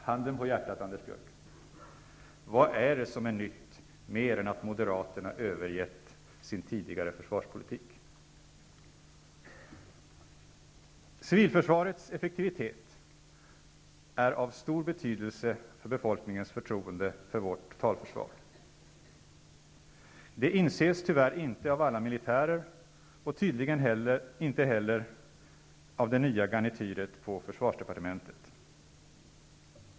Handen på hjärtat, Anders Björck, vad är det som är nytt, mer än att Moderaterna övergett sin tidigare försvarspolitik? Civilförsvarets effektivitet är av stor betydelse för befolkningens förtroende för vårt totalförsvar. Det inses tyvärr inte av alla militärer och tydligen inte heller det nya garnityret på försvarsdepartementet.